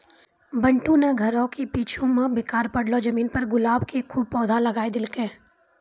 बंटू नॅ घरो के पीछूं मॅ बेकार पड़लो जमीन पर गुलाब के खूब पौधा लगाय देलकै